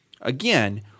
Again